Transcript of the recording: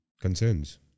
concerns